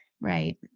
Right